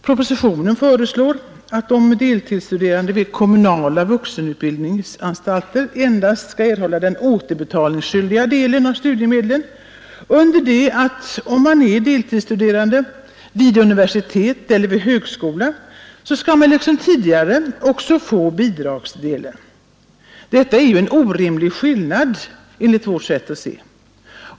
Propositionen föreslår att de deltidsstuderande vid kommunala vuxenutbildningsanstalter endast skall erhålla den återbetalningspliktiga delen av studiemedlen, under det att deltidsstuderande vid universitet och högskolor liksom tidigare skall få även bidragsmedel. Detta är en orimlig skillnad enligt vårt sätt att se.